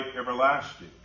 everlasting